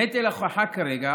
נטל ההוכחה כרגע